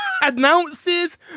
announces